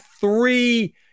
three